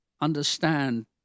understand